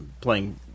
playing